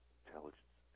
intelligence